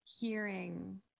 hearing